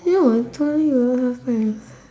have I told you [what] last time